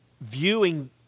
viewing